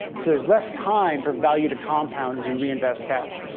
so there's less time for value to compound as you reinvest cash.